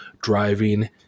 driving